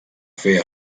fer